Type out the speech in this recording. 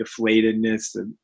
deflatedness